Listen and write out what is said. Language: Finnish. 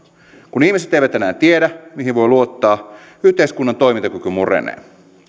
kun ihmiset eivät enää tiedä mihin voi luottaa yhteiskunnan toimintakyky murenee